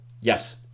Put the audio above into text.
Yes